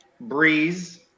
Breeze